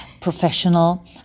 professional